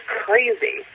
crazy